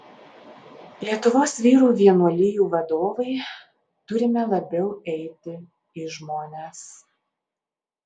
lietuvos vyrų vienuolijų vadovai turime labiau eiti į žmones